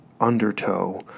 undertow